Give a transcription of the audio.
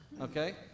okay